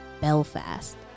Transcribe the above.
Belfast